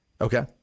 Okay